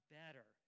better